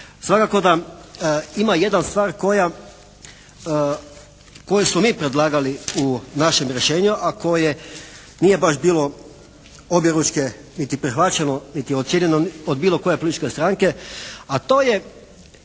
Svakako da ima jedna stvar koju smo mi predlagali u našem rješenju a koje nije baš bilo objeručke niti prihvaćeno, niti ocijenjeno od bilo koje političke stranke, a to je